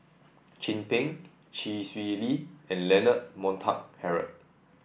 Chin Peng Chee Swee Lee and Leonard Montague Harrod